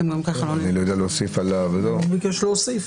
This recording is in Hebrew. אני לא יודע להוסיף --- הוא ביקש להוסיף.